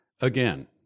Again